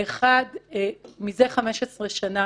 האחד, מזה 15 שנה